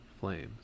flames